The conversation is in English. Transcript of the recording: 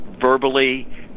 verbally